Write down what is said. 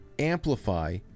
amplify